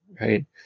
right